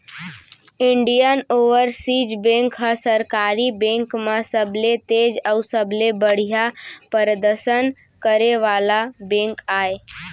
Indian Overseas Bank ह सरकारी bank म सबले तेज अउ सबले बड़िहा परदसन करे वाला बेंक आय